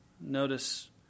Notice